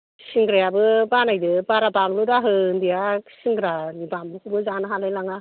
सिंग्रायाबो बानायदो बारा बानलु दाहो उन्दैया सिंग्रानि बानलुखौबो जानो हालाय लाङा